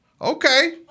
okay